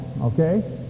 okay